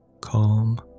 Calm